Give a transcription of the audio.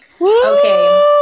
Okay